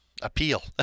appeal